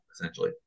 essentially